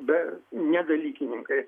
be ne dalykininkai